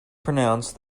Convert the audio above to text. pronounced